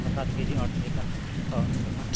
छ सात केजी अँट्ने त छ मेरोमा